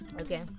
okay